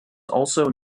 also